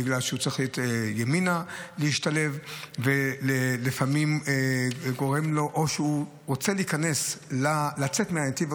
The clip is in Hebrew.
בגלל שהוא צריך להשתלב ימינה או שהוא רוצה לצאת מהנתיב,